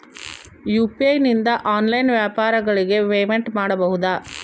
UPI ನಿಂದ online ವ್ಯಾಪಾರಗಳಿಗೆ payment ಮಾಡಬಹುದಾ?